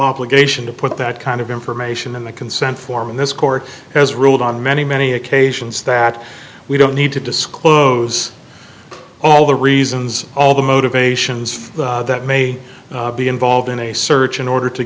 obligation to put that kind of information in the consent form in this court has ruled on many many occasions that we don't need to disclose all the reasons all the motivations that may be involved in a search in order to